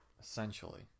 Essentially